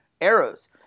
arrows